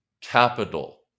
capital